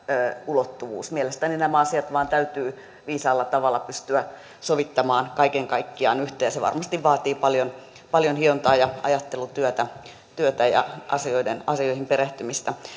ulottuvuus mielestäni nämä asiat vain täytyy viisaalla tavalla pystyä sovittamaan kaiken kaikkiaan yhteen ja se varmasti vaatii paljon paljon hiontaa ja ajattelutyötä ja asioihin perehtymistä